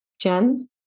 Jen